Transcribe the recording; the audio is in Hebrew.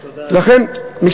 תודה, אדוני.